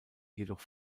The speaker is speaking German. jedoch